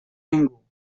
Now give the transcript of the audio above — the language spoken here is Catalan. ningú